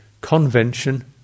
convention